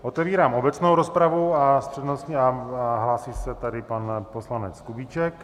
Otevírám obecnou rozpravu a přednostně... hlásí se tady pan poslanec Kubíček.